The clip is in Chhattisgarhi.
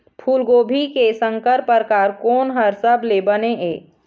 फूलगोभी के संकर परकार कोन हर सबले बने ये?